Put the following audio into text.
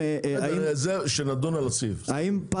האם -- זה כשנדון על הסעיף.